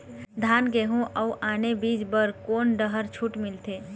धान गेहूं अऊ आने बीज बर कोन डहर छूट मिलथे?